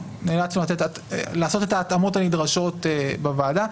ונאלצנו לעשות את ההתאמות הנדרשות בוועדה.